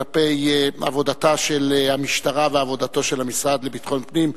כלפי עבודתה של המשטרה ועבודתו של המשרד לביטחון פנים.